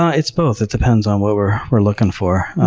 ah it's both. it depends on what we're we're looking for.